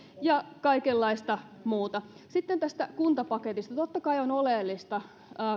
ja kaikenlaista muuta sitten tästä kuntapaketista totta kai on oleellista